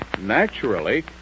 naturally